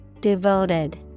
Devoted